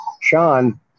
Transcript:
Sean